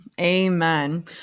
Amen